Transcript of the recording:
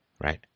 right